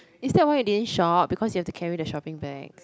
is that why you din shop because you have to carry the shopping bag